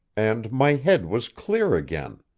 and my head was clear again.